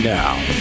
now